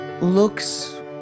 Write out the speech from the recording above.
looks